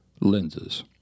lenses